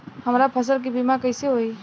हमरा फसल के बीमा कैसे होई?